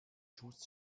schuss